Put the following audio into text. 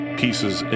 pieces